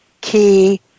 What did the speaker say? key